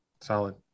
solid